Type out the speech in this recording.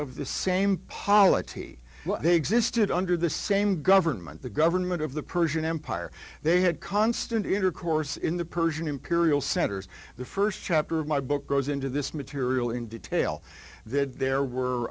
of the same polity they existed under the same government the government of the persian empire they had constant intercourse in the persian imperial centers the st chapter of my book goes into this material in detail that there were